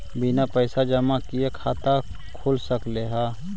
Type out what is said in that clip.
बिना पैसा जमा किए खाता खुल सक है?